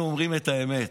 אנחנו אומרים את האמת.